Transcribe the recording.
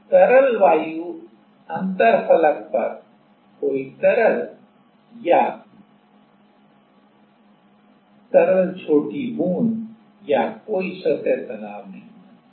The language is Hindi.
तो तरल वायु अंतरफलक पर कोई तरल या तरल छोटी बूंद या कोई सतह तनाव नहीं बनता है